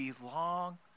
belong